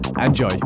Enjoy